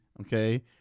Okay